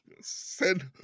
Send